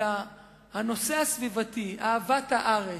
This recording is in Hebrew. אלא הנושא הסביבתי, אהבת הארץ,